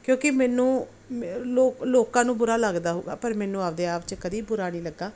ਕਿਉਂਕਿ ਮੈਨੂੰ ਮੈਂ ਲੋਕ ਲੋਕਾਂ ਨੂੰ ਬੁਰਾ ਲੱਗਦਾ ਹੋਵੇਗਾ ਪਰ ਮੈਨੂੰ ਆਪਣੇ ਆਪ 'ਚ ਕਦੇ ਬੁਰਾ ਨਹੀਂ ਲੱਗਾ